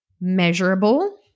measurable